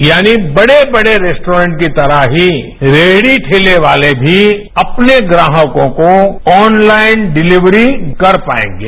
यानी बड़े बड़े रेस्टोरेंट की तरह ही रेहड़ी ठेले वार्ल भी अपने ग्राहकों को ऑनलाइन डिलिवरी कर पाएंगे